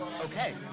Okay